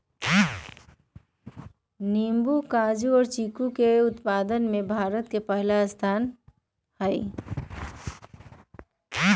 चीकू नींबू काजू और सब के उत्पादन में भारत के पहला स्थान हई